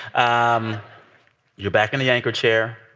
um you're back in the anchor chair.